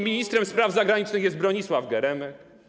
Ministrem spraw zagranicznych jest Bronisław Geremek.